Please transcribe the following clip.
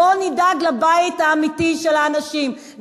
בוא נדאג לבית האמיתי של האנשים,